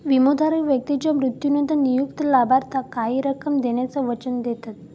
विमोधारक व्यक्तीच्या मृत्यूनंतर नियुक्त लाभार्थाक काही रक्कम देण्याचा वचन देतत